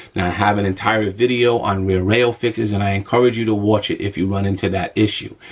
and i have an entire video on rear rail fixes and i encourage you to watch it if you run into that issue.